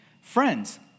Friends